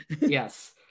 yes